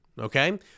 Okay